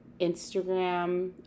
Instagram